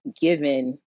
given